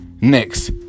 Next